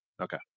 Okay